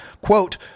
Quote